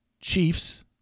Chiefs